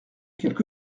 quelque